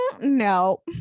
no